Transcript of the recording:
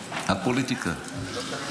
על פוליטיקה.